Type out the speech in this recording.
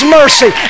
mercy